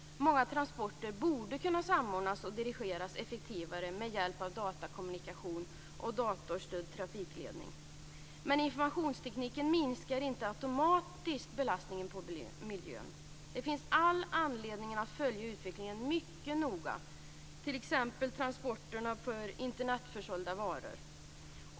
Många transporter borde kunna samordnas och dirigeras effektivare med hjälp av datakommunikation och datorstödd trafikledning. Men informationstekniken minskar inte automatiskt belastningen på miljön. Det finns all anledning att följa utvecklingen mycket noga, t.ex. transporter för Internetförsålda varor.